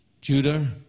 Judah